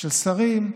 של שרים,